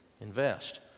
invest